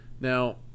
Now